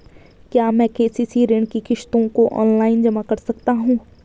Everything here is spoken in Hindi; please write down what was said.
क्या मैं के.सी.सी ऋण की किश्तों को ऑनलाइन जमा कर सकता हूँ?